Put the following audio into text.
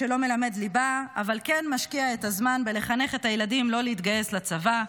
שלא מלמד ליבה אבל כן משקיע את הזמן בלחנך את הילדים לא להתגייס לצבא.